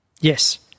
Yes